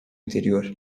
interior